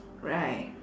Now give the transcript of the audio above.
right